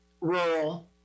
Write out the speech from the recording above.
rural